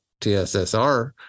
TSSR